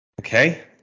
Okay